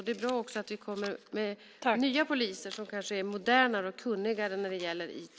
Det är bra också att det kommer nya poliser som kanske är modernare och kunnigare när det gäller IT.